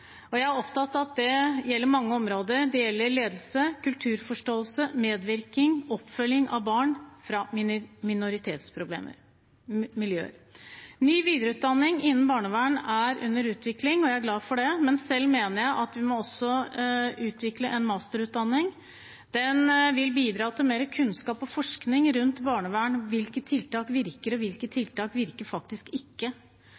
Jeg er opptatt av at det gjelder mange områder. Det gjelder ledelse, kulturforståelse, medvirkning og oppfølging av barn fra minoritetsmiljøer. Ny videreutdanning innen barnevern er under utvikling, og jeg er glad for det. Men selv mener jeg at vi også må utvikle en masterutdanning. Den vil bidra til mer kunnskap og forskning rundt barnevern – hvilke tiltak virker, og hvilke